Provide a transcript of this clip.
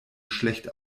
schlecht